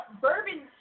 Bourbon